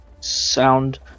sound